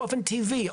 באופן טבעי,